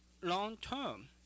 long-term